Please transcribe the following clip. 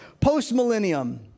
Post-millennium